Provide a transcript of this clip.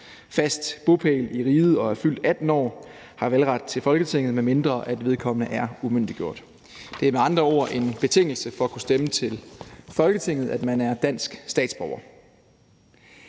fast bopæl i riget og er fyldt 18 år har valgret til Folketinget, medmindre at vedkommende er umyndiggjort. Det er med andre ord en betingelse for at kunne stemme til Folketinget, at man er dansk statsborger.